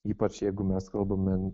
ypač jeigu mes kalbame